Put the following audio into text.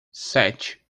sete